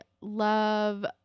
love